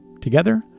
together